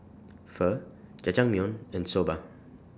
Pho Jajangmyeon and Soba